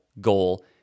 goal